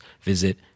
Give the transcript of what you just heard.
visit